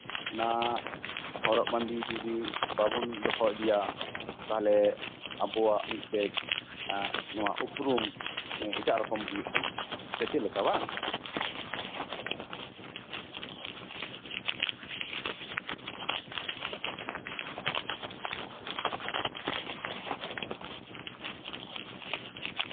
ᱚᱱᱟ ᱦᱚᱨᱚᱜ ᱵᱟᱸᱫᱮ ᱡᱩᱫᱤ ᱵᱟᱵᱚᱱ ᱫᱟᱦᱟ ᱤᱫᱤᱭᱟ ᱛᱟᱞᱦᱮ ᱟᱵᱚᱣᱟᱜ ᱢᱤᱫᱴᱮᱡ ᱮᱸᱜ ᱱᱚᱣᱟ ᱩᱯᱩᱨᱩᱢ ᱮᱸᱜ ᱮᱴᱟᱜ ᱨᱚᱠᱚᱢ ᱦᱩᱭᱩᱜ ᱠᱟᱱᱟ ᱥᱮ ᱪᱮᱫᱞᱮᱠᱟ ᱵᱟᱝ